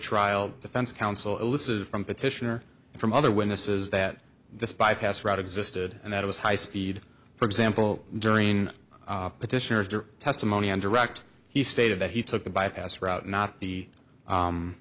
trial defense counsel elicited from petitioner from other witnesses that this bypass route existed and that it was high speed for example during petitioners during testimony on direct he stated that he took the bypass route not the